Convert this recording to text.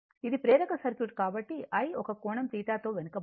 ఇది ప్రేరక సర్క్యూట్ కాబట్టి I ఒక కోణం θ తో వెనుకబడింది